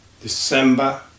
December